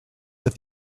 that